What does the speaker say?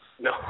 No